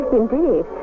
indeed